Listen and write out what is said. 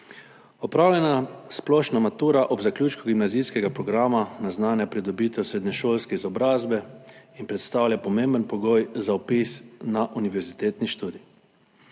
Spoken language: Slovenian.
Opravljena splošna matura ob zaključku gimnazijskega programa naznanja pridobitev srednješolske izobrazbe in predstavlja pomemben pogoj za vpis na univerzitetni študij,